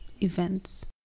events